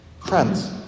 Friends